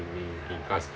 in in in in class